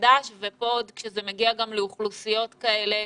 נדהמת וכאן כאשר זה מגיע לאוכלוסיות כאלה,